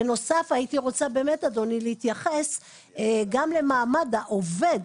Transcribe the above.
בנוסף הייתי רוצה באמת אדוני להתייחס גם למעמד העובד,